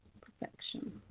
perfection